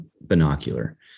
binocular